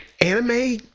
anime